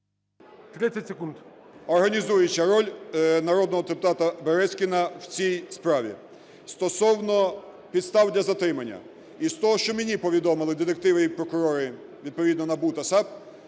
Ю.В. …організуюча роль народного депутата Березкіна в цій справі. Стосовно підстав для затримання. Із того, що мені повідомили детективи і прокурори відповідно НАБУ та САП,